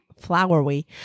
flowery